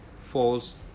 false